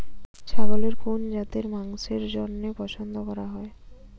ছাগলের কোন জাতের মাংসের জন্য পছন্দ করা হয়?